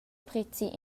prezi